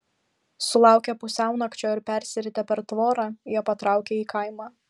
sulaukę pusiaunakčio ir persiritę per tvorą jie patraukė į kaimą